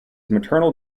maternal